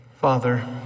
Father